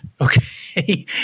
Okay